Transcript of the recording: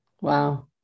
Wow